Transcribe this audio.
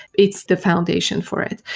it's the foundation for it.